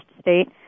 state